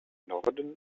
norden